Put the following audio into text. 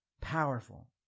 Powerful